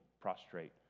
prostrate